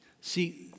See